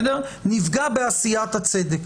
נפגע בעשיית הצדק.